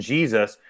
Jesus